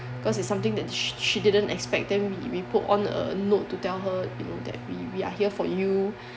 because it's something that sh~ she didn't expect them we we put on a note to tell her you know that we we are here for you